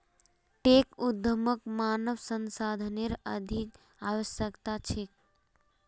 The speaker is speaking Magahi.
टेक उद्यमक मानव संसाधनेर अधिक आवश्यकता छेक